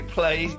play